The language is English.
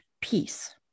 peace